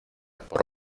por